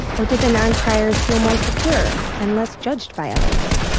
or did the non-criers feel more secure, and less judged by others?